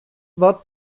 wat